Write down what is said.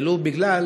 ולו בגלל